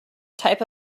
type